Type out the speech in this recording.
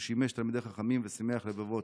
הוא שימש תלמידי חכמים ושימח לבבות.